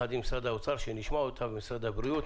ממשרד האוצר וממשרד הבריאות.